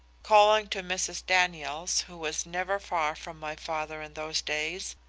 calling to mrs. daniels, who was never far from my father in those days,